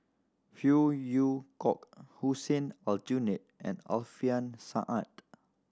Phey Yew Kok Hussein Aljunied and Alfian Sa'at